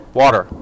water